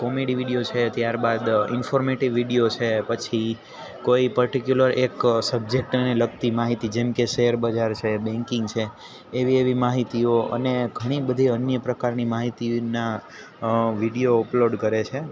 comedy video છે ત્યાર બાદ ઇન્ફોર્મેટીવ વિડીયો છે પછી કોઈ પર્ટીક્યુલર એક સબ્જેક્ટને લગતી માહિતી જેમ કે શેર બજાર છે બેન્કિંગ છે એવી એવી માહિતીઓ અને ઘણી બધી અન્ય પ્રકારની માહિતી યોજના વિડીયો અપલોડ કરે છે